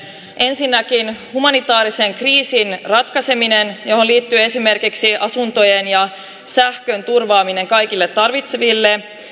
ensinnäkin humanitaarisen kriisin ratkaiseminen liittyy esimerkiksi asuntojen ja sähköjen turvaaminen kaikille tarvitseville